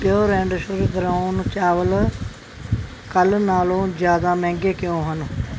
pure and sure brown ਚਾਵਲ ਕੱਲ੍ਹ ਨਾਲੋਂ ਜ਼ਿਆਦਾ ਮਹਿੰਗੇ ਕਿਉਂ ਹਨ